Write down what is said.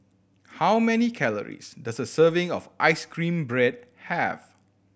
how many calories does a serving of ice cream bread have